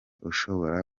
ushobora